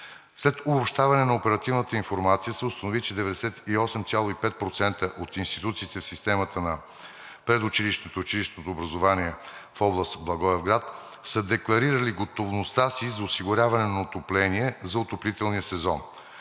След обобщаване на оперативната информация се установи, че 98,5% от институциите в системата на предучилищното и училищното образование в област Благоевград са декларирали готовността си за осигуряване на отопление за отоплителния сезон,